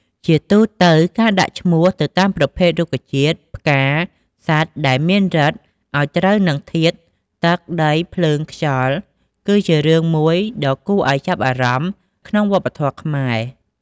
ជាទូទៅកាដាក់ឈ្មោះ ទៅតាមប្រភេទរុក្ខជាតិ ផ្កា សត្វដែលមានឫទ្ធិអោយត្រូវនឹងធាតុ ទឹក ដី ភ្លើង ខ្យល់ គឺជារឿងមួយដ៏គួរឲ្យចាប់អារម្មណ៍ក្នុងវប្បធម៌ខ្មែរ។